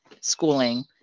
schooling